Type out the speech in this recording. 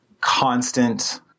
constant